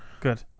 good